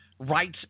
Rights